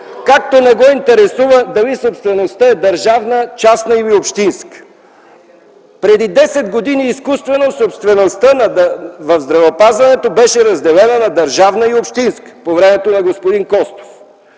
както не го интересува дали собствеността е държавна, частна или общинска. Преди десет години изкуствено собствеността в здравеопазването беше разделена на държавна и общинска – по времето на господин Костов.